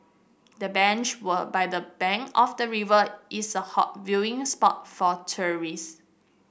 the bench were by the bank of the river is a hot viewing spot for tourist